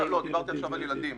דיברתי עכשיו על ילדים.